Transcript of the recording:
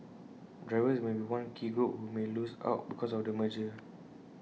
drivers may be one key group who may lose out because of the merger